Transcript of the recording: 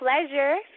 pleasure